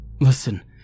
listen